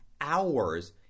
hours